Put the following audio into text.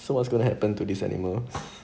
ya so what's gonna happen to this animal